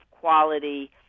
Quality